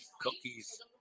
cookies